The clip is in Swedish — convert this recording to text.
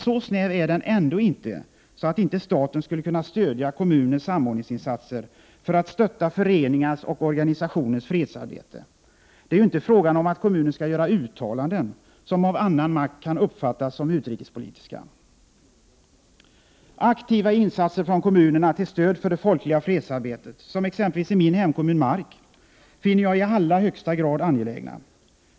Så snäv är den ändå inte, att inte staten skulle kunna stödja kommuners samordningsinsatser för att stötta föreningars och organisationers fredsarbete. Det är ju inte fråga om att kommunen skall göra uttalanden, som av annan makt kan uppfattas som utrikespolitiska! Aktiva insatser från kommunerna till stöd för det folkliga fredsarbetet, som exempelvis i min hemkommun Mark, finner jag i allra högsta grad angelägna.